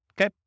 okay